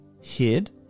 hid